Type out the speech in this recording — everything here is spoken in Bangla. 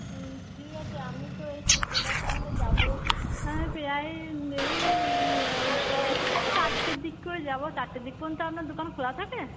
হুম ঠিক আছে আমি তো এই শুক্রবার তাহলে যাবো প্রায় হুম এই চারটের দিকেও যাবো চারটের দিক পর্যন্ত আপনার দোকান খোলা থাকে